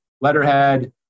letterhead